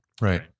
Right